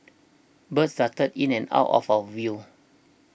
birds darted in and out of our view